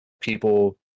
people